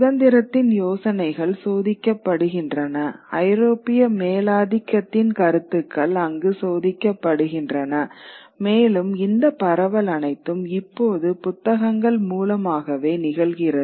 சுதந்திரத்தின் யோசனைகள் சோதிக்கப்படுகின்றன ஐரோப்பிய மேலாதிக்கத்தின் கருத்துக்கள் அங்கு சோதிக்கப்படுகின்றன மேலும் இந்த பரவல் அனைத்தும் இப்போது புத்தகங்கள் மூலமாகவே நிகழ்கிறது